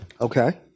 Okay